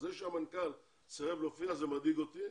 זה שהמנכ"ל סירב להופיע זה מדאיג אותי,